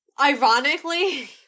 ironically